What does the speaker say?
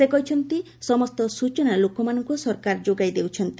ସେ କହିଛନ୍ତି ସମସ୍ତ ସୂଚନା ଲୋକମାନଙ୍କୁ ସରକାର ଯୋଗାଇ ଦେଉଛନ୍ତି